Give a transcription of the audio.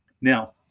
Now